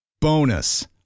Bonus